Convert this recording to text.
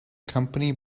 company